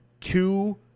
two